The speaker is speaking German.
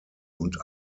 und